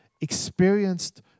experienced